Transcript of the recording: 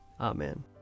Amen